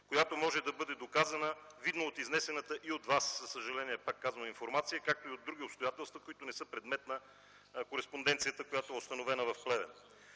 която може да бъде доказана, видно от изнесената и от Вас, за съжаление, пак казвам, информация, както и от други обстоятелства, които не са предмет на кореспонденцията, която е установена в Плевен.